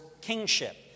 kingship